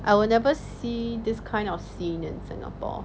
I will never see this kind of scene in singapore